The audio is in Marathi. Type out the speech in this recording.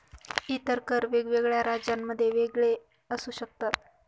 इतर कर वेगवेगळ्या राज्यांमध्ये वेगवेगळे असू शकतात